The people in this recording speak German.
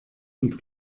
und